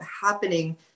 happening